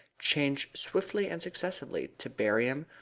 change swiftly and successively to barium,